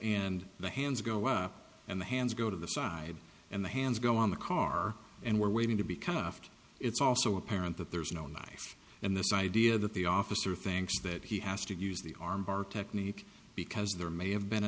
and the hands go up and the hands go to the side and the hands go on the car and we're waiting to become after it's also apparent that there's no knife and this idea that the officer thinks that he has to use the arm bar technique because there may have been a